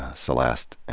ah celeste,